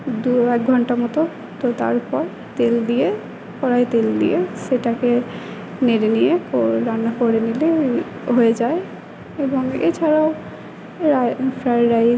দু এক ঘন্টা মতো তো তারপর তেল দিয়ে কড়াইয়ে তেল দিয়ে সেটাকে নেড়ে নিয়ে রান্না করে নিলে হয়ে যায় এবং এছাড়াও ফ্রায়েড রাইস